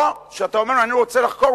או שאתה אומר: אני רוצה לחקור,